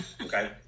okay